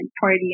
party